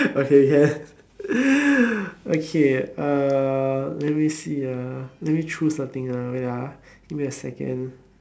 okay can okay uh let me see ah let me choose the thing ah wait ah give me a second